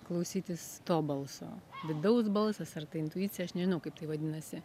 klausytis to balso vidaus balsas ar tai intuicija aš nežinau kaip tai vadinasi